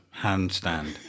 handstand